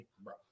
bro